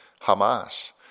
Hamas